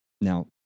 Now